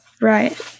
Right